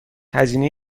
هزینه